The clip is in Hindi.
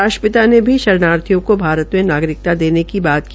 राष्ट्रपिता ने भी शरणार्थियों को भारत में नागरिकता देने की बात की